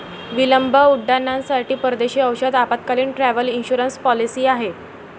विलंब उड्डाणांसाठी परदेशी औषध आपत्कालीन, ट्रॅव्हल इन्शुरन्स पॉलिसी आहे